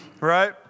Right